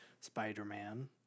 Spider-Man